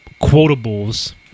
quotables